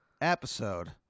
episode